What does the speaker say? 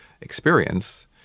experience